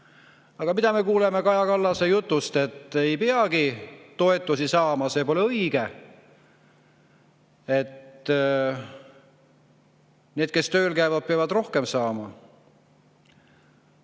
Aga mida me kuuleme Kaja Kallase jutust? Ei peagi toetusi saama, sest see pole õige, need, kes tööl käivad, peavad rohkem saama.